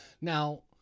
now